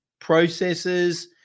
processes